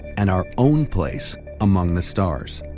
and our own place among the stars.